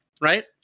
right